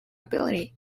ability